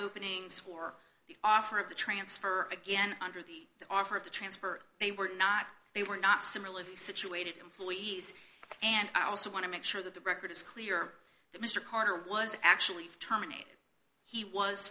openings for the offer of the transfer again under the the offer of the transfer they were not they were not simulate situated employees and i also want to make sure that the record is clear that mr carter was actually terminated he was